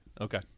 Okay